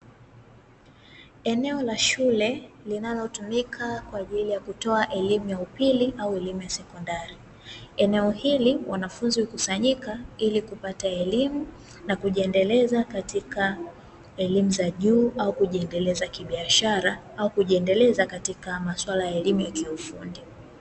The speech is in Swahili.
Eneo la shule linalotumika kwa ajili ya kutoa elimu ya upili au sekondari, eneo hili wanafunzi hukusanyika ili kupata elimu na kujiendeleza katika elimu za juu, au kujiendeleza kibiashara au kujiendeleza katika maswala ya elimu ya kiufundi.